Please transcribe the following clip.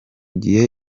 gihe